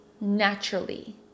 naturally